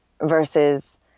versus